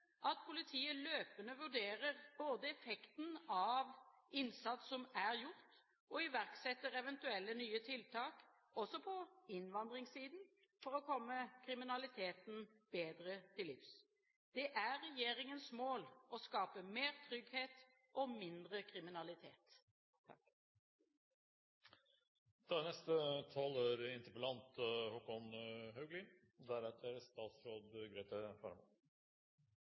at politiet løpende både vurderer effekten av innsats som er gjort, og iverksetter eventuelle nye tiltak, også på innvandringssiden, for å komme kriminaliteten bedre til livs. Det er regjeringens mål å skape mer trygghet og mindre kriminalitet. Jeg vil først takke for statsrådens svar, som jeg er